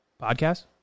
Podcast